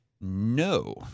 No